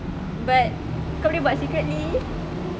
but kau boleh buat secretly